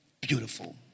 beautiful